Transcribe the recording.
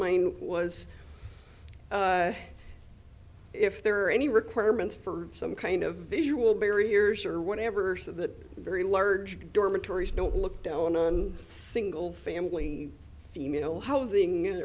mind was if there are any requirements for some kind of visual barriers or whatever so that very large dormitories don't look down on a single family female housing